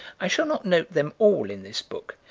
i shall not note them all in this book,